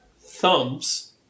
thumbs